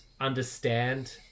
understand